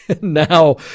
Now